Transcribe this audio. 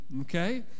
Okay